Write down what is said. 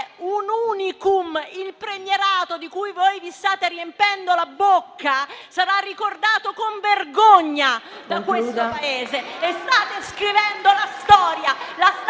un *unicum*. Il premierato di cui voi vi state riempiendo la bocca sarà ricordato con vergogna da questo Paese. *(Commenti).* State scrivendo la storia,